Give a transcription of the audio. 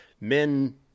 Men